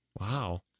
Wow